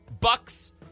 Bucks